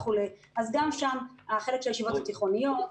גם שם יש החלק של הישיבות התיכוניות,